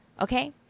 Okay